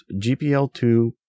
GPL2